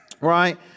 right